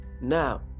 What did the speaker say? Now